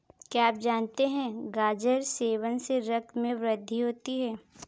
क्या आप जानते है गाजर सेवन से रक्त में वृद्धि होती है?